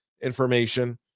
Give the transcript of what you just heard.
information